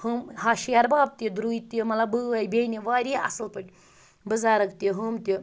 ہُم ہَش ہِحٮ۪ربب تہِ دٕرُے تہِ مَطلَب بٲے بٮ۪نہِ واریاہ اَصٕل پٲٹھۍ بٕزَرٕگ تہِ ہُم تہِ